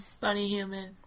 Bunny-human